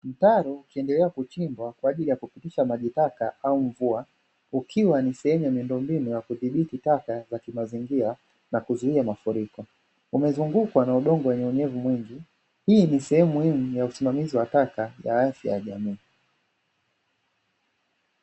Mtaro ukiendelea kuchimbwa kwa ajili ya kupitisha maji taka au mvua, ukiwa ni sehemu ya miundombinu ya kudhibiti taka za kimazingira na kuzuia mafuriko. Umezungukwa na udongo wenye unyevu mwingi. Hii sehemu muhimu ya usimamizi wa taka, kwa afya ya jamii.